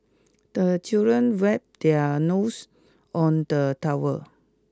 the children wipe their nose on the towel